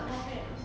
oh not bad ah